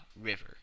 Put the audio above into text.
River